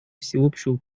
всеобщего